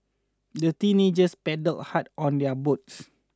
the teenagers paddled hard on their boats